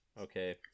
okay